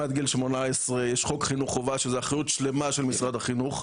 אם עד גיל 18 יש חוק חינוך חובה שזו אחריות שלמה של משרד החינוך,